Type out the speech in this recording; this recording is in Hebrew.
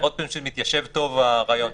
לראות שזה מתיישב טוב עם הרעיון,